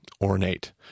ornate